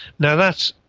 now that's,